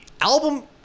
album